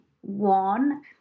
one